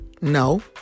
No